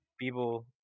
people